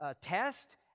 test